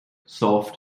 soft